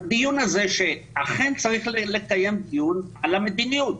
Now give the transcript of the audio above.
הדיון הזה, אכן צריך לקיים דיון על המדיניות,